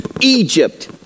Egypt